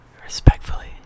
Respectfully